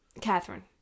Catherine